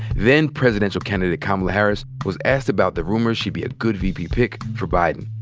then presidential candidate kamala harris was asked about the rumor she'd be a good vp pick for biden.